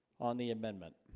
on the amendment